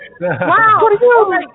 Wow